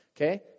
Okay